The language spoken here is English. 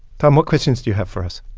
tom, what questions do you have for us?